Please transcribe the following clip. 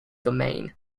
domain